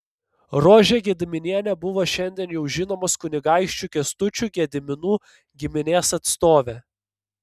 rožė gediminienė buvo šiandien jau žinomos kunigaikščių kęstučių gediminų giminės atstovė